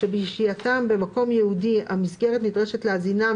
שבשהייתם במקום ייעודי המסגרת נדרשת להזינם,